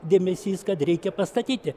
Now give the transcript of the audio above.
dėmesys kad reikia pastatyti